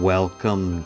Welcome